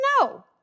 No